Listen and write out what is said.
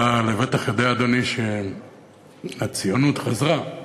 אתה לבטח יודע, אדוני, שהציונות חזרה.